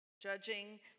Judging